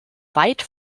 weit